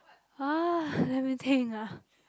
!huh! let me think ah